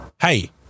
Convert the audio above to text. Hey